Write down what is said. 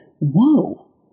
whoa